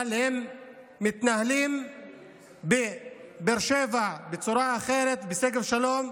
אבל הם מתנהלים בבאר שבע בצורה אחת, ובשגב שלום,